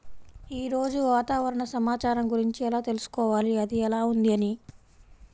ఈరోజు వాతావరణ సమాచారం గురించి ఎలా తెలుసుకోవాలి అది ఎలా ఉంది అని?